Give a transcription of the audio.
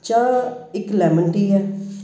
ਚਾਹ ਇੱਕ lemon tea ਹੈ